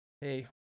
hey